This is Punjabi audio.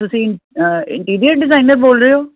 ਤੁਸੀਂ ਇੰਟੀਰੀਅਰ ਡਿਜ਼ਾਇਨਰ ਬੋਲ ਰਹੇ ਹੋ